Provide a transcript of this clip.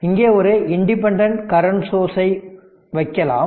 இங்கே ஒரு independent current source ஐ இங்கே வைக்கலாம்